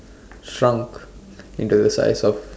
shrunk into the size of